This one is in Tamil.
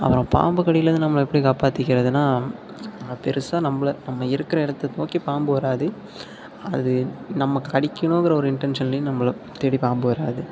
அப்புறம் பாம்பு கடியிலேருந்து நம்ம எப்படி காப்பாத்திக்கிறதுனால் பெருசாக நம்மள நம்ம இருக்கிற இடத்த நோக்கி பாம்பு வராது அது நம்ம கடிக்கணுங்குற ஒரு இன்டென்ஷன்லையும் நம்மள தேடி பாம்பு வராது